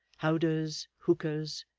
howdahs, hookahs,